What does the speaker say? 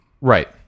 Right